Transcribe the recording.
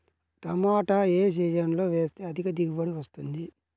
టమాటా ఏ సీజన్లో వేస్తే అధిక దిగుబడి వస్తుంది?